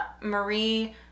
Marie